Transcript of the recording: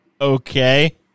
Okay